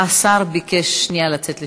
השר ביקש שנייה לצאת לשירותים.